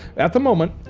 at the moment,